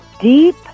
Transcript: deep